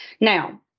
Now